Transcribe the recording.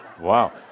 Wow